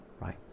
right